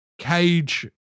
cage